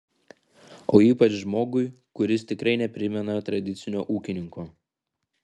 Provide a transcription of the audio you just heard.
o ypač žmogui kuris tikrai neprimena tradicinio ūkininko